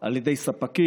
על ידי ספקים,